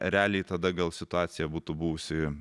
realiai tada gal situacija būtų buvusi